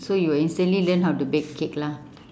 so you'll instantly learn how to bake cake lah